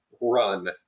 run